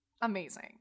Amazing